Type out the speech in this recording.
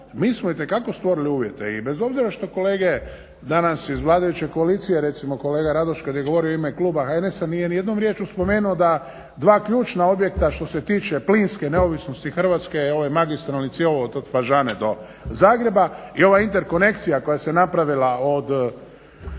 mi smo itekako stvorili uvjete i bez obzira što kolege danas iz vladajuće koalicije, recimo kolega Radoš kad je govorio u ime kluba HNS-a nije nijednom rječju spomenuo da dva ključna objekta što se tiče plinske neovisnosti Hrvatske je ovaj magistralni cjevovod od Fažane do Zagreba i ova interkonekcija koja se napravila od mađarske